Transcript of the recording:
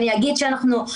אני אגיד שאנחנו,